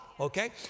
okay